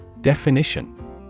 Definition